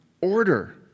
order